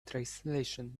translation